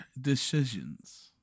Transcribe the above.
Decisions